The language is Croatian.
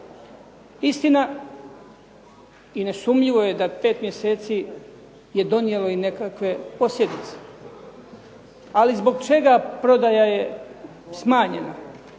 Istina i nesumnjivo je da 5 mj. je donijelo i nekakve posljedice. Ali zbog čega prodaja je smanjena?